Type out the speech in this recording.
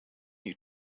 you